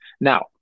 Now